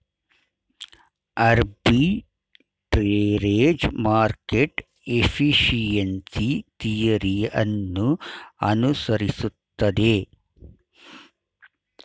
arbitrage market efficiency theory ಅನ್ನು ಅನುಸರಿಸುತ್ತದೆ